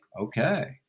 okay